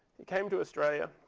he came to australia.